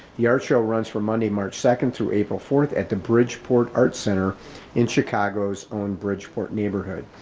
the art show runs for monday march second through april fourth at the bridgeport art center in chicago's own bridgeport neighborhood.